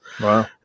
Wow